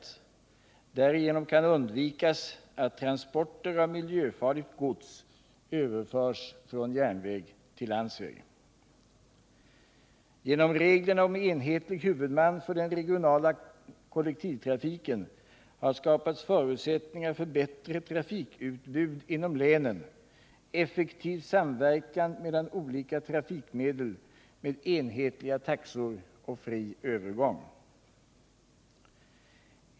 Genom reglerna om enhetlig huvudman för den regionala kollektivtrafiken har skapats förutsättningar för bättre trafikutbud inom länen, effektiv samverkan mellan olika trafikmedel med enhetliga taxor och fri övergång.